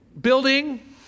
building